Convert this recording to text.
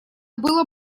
было